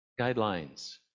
guidelines